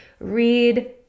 read